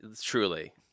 truly